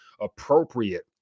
appropriate